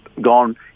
gone